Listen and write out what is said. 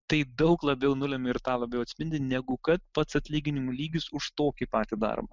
tai daug labiau nulemia ir tą labiau atspindi negu kad pats atlyginimų lygis už tokį patį darbą